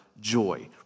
joy